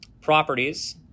properties